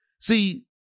See